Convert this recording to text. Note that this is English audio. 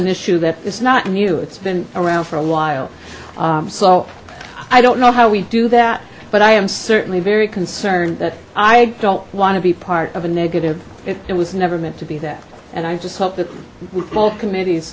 an issue that is not new it's been around for a while so i don't know how we do that but i am certainly very concerned that i don't want to be part of a negative it was never meant to be there and i just hope that with all committe